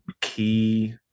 key